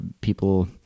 people